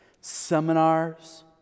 seminars